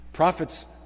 Prophets